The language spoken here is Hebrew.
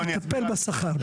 אז תטפל בשכר.